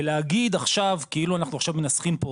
ולהגיד עכשיו כאילו אנחנו עכשיו מנסחים פה